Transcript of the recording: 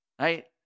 right